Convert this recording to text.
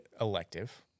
elective